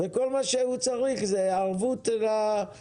כל מה שהוא צריך זה ערבות בנקאית.